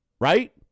Right